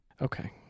Okay